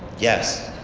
yes.